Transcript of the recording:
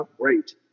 great